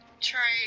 try